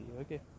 okay